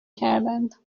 کردند